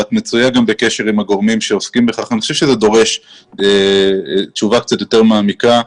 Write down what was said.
ואת בקשר עם הגורמים שעוסקים בכך דורש תשובה קצת יותר מעמיקה.